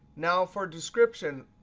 now for description,